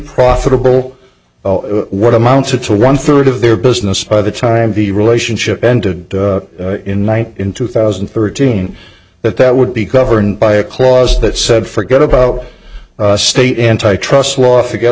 profitable what amounted to one third of their business by the time the relationship ended in one night in two thousand and thirteen that that would be governed by a clause that said forget about state antitrust law forget